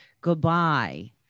goodbye